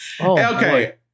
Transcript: okay